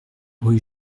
rue